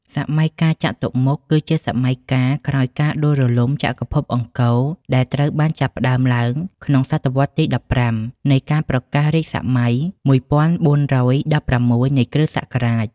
សម័យកាលចតុមុខ គឺជាសម័យកាលក្រោយការដួលរំលំចក្រភពអង្គរ ដែលត្រូវបានចាប់ផ្ដើមឡើងក្នុងស.វទី១៥ នៃការប្រកាសរាជសម័យ ១៤១៦ នៃគ.សករាជ។